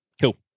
Cool